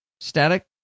static